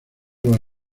los